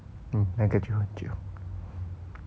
mm 那个就很久